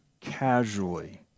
casually